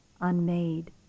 unmade